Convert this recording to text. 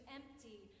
empty